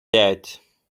пять